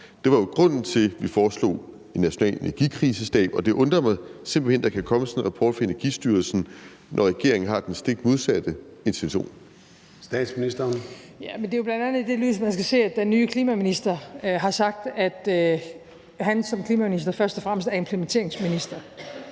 Det var jo grunden til, at vi foreslog en national energikrisestab, og det undrer mig simpelt hen, at der kan komme sådan en rapport fra Energistyrelsen, når regeringen har den stik modsatte intention. Kl. 00:01 Første næstformand (Leif Lahn Jensen): Statsministeren. Kl. 00:01 Statsministeren (Mette Frederiksen): Det er jo bl.a. i det lys, man skal se, at den nye klimaminister har sagt, at han som klimaminister først og fremmest er implementeringsminister.